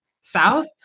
South